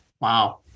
Wow